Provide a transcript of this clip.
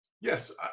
yes